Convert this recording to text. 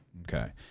Okay